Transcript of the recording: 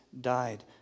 died